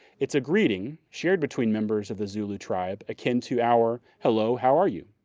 it's a greeting shared between members of the zulu tribe akin to our hello, how are you,